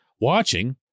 watching